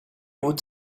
would